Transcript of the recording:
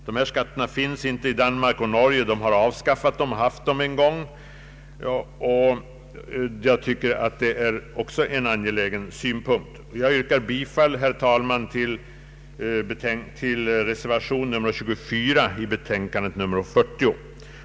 Dessa skatter har avskaffats i Danmark och Norge, vilket jag tycker också är en angelägen synpunkt. Jag yrkar bifall, herr talman, till reservation nr 24 vid bevillningsutskottets betänkande nr 40.